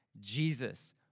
Jesus